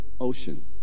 ocean